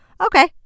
okay